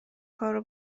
کارو